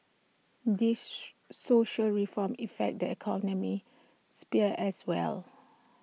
these social reforms affect the economic sphere as well